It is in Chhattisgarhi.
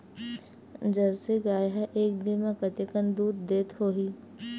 जर्सी गाय ह एक दिन म कतेकन दूध देत होही?